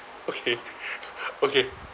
okay okay